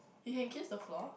you can kiss the floor